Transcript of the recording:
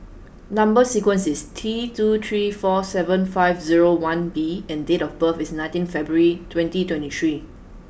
number sequence is T two three four seven five zero one B and date of birth is nineteen February twenty twenty three